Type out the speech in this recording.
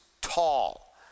tall